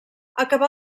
acabà